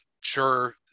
Sure